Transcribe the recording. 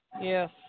Yes